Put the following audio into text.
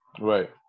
Right